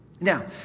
Now